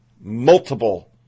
Multiple